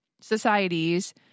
societies